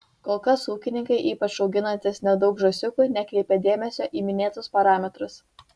kol kas ūkininkai ypač auginantys nedaug žąsiukų nekreipia dėmesio į minėtus parametrus